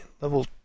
level